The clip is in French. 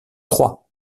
trois